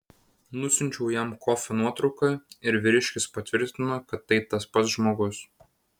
nusiunčiau jam kofio nuotrauką ir vyriškis patvirtino kad tai tas pats žmogus